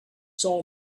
soul